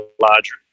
larger